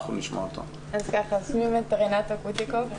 שמי רנטה קוטיקוב,